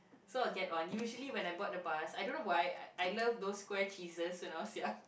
so I'll get on usually when I board the bus I don't know why I I love those square cheeses when I was young